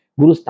guru